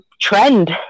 trend